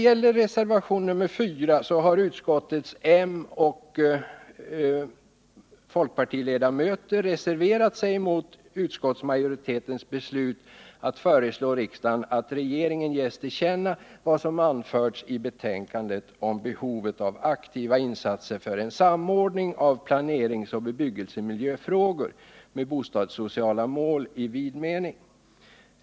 I reservationen 4 har utskottets moderata och folkpartistiska ledamöter reserverat sig mot utskottsmajoritetens beslut att föreslå riksdagen att det skall ges regeringen till känna vad som anförs i betänkandet om behovet av aktiva insatser för en samordning av planeringsoch bebyggelsemiljöfrågor med bostadssociala mål i vid mening.